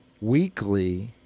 weekly